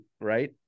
right